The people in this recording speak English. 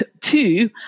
two